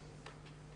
לפתור.